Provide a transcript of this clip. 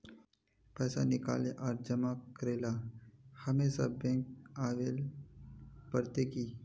पैसा निकाले आर जमा करेला हमेशा बैंक आबेल पड़ते की?